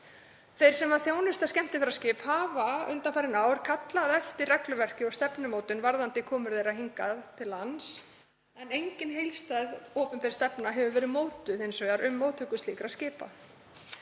Þeir sem þjónusta skemmtiferðaskip hafa undanfarin ár kallað eftir regluverki og stefnumótun varðandi komur þeirra hingað. Engin heildstæð opinber stefna hefur hins vegar verið mótuð um móttöku slíkra skipa